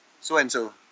so-and-so